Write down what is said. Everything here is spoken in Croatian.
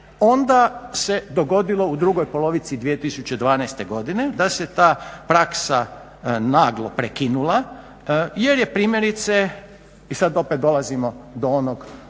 onda se dogodilo u drugoj polovici 2012.godine da se ta praksa naglo prekinula jer je primjerice i sad opet dolazimo do onog